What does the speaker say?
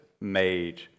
made